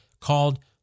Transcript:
called